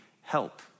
help